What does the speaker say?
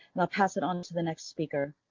ah pass it on to the next speaker.